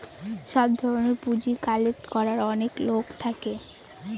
সব ধরনের পুঁজি কালেক্ট করার অনেক লোক থাকে